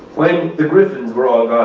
when the griffins were all gone,